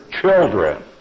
children